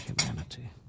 humanity